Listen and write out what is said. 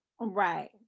Right